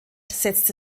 setzte